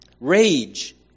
rage